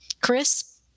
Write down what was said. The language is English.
Chris